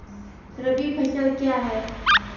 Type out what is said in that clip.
रबी फसल क्या हैं?